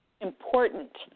important